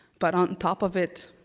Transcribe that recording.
but on top of it,